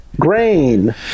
Grain